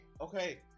okay